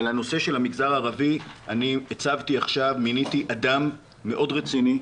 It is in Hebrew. על הנושא של המגזר הערבי אני מיניתי עכשיו אדם מאוד רציני,